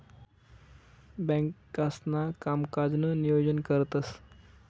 बँकांसणा कामकाजनं नियोजन करतंस